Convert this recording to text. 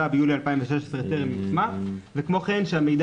ביולי 2016 טרם יושמה וכמו כן שהמידע